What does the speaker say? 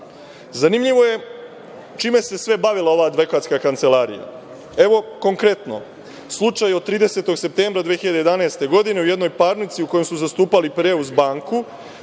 pravde. Zanimljivo je čime se sve bavila ova advokatska kancelarija. Evo, konkretno slučaj od 30. septembra 2011. godine, u jednoj parnici u kojoj su zastupali „Pireus banku“,